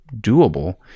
doable